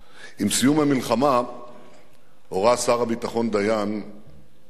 עם סיום המלחמה הורה שר הביטחון דיין לידידו